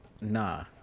Nah